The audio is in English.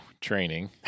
training